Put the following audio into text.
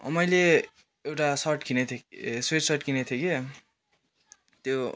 मैले एउटा सर्ट किनेको थिएँ स्वेट सट किनेको थिएँ कि त्यो